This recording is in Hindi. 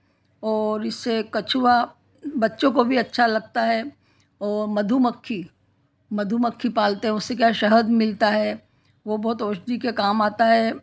और इससे कछुआ बच्चों को भी अच्छा लगता है और मधुमक्खी मधुमक्खी पालते हैं उससे क्या शहद मिलता है वह बहोत ओसडी के काम आता है